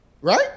right